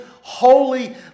holy